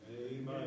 Amen